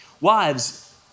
Wives